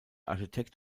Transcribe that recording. architekt